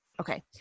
Okay